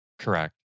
Correct